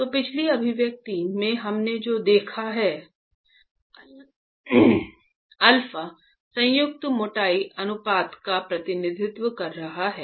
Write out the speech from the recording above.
तो पिछली अभिव्यक्ति में जो हमने देखा है α संयुक्त मोटाई अनुपात का प्रतिनिधित्व कर रहा है